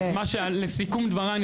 לסיכום דבריי,